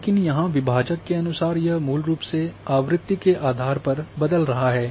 लेकिन यहां विभाजक के अनुसार यह मूल रूप से आवृत्ति के आधार पर बदल रहा है